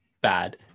bad